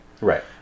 Right